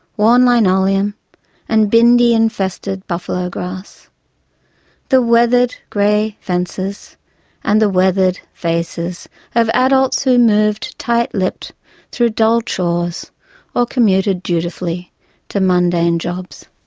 worn linoleum and bindi-infested buffalo grass the weathered grey fences and weathered faces of adults who moved tightlipped through dull chores or commuted dutifully to mundane jobs.